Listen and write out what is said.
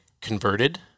converted